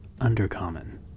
Undercommon